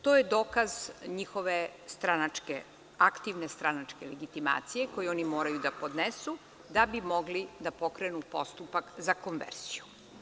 To je dokaz njihove aktivne stranačke legitimacije koju oni moraju da podnesu kako bi mogli da pokrenu postupak za konverziju.